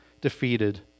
defeated